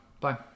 Bye